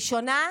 ראשונה?